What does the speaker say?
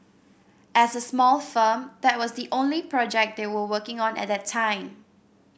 as a small firm that was the only project they were working on at the time